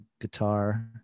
guitar